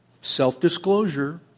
self-disclosure